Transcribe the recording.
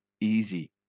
easy